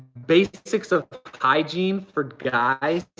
basics of hygiene for guys